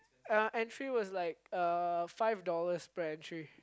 uh entry was like uh five dollars per entry